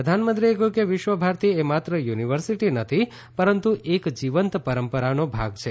પ્રધાનમંત્રીએ કહ્યું કે વિશ્વભારતી એ માત્ર યુનિવર્સિટી નથી પરંતુ એક જીવંત પરંપરાનો ભાગ છે